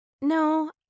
No